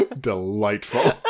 delightful